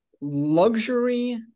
luxury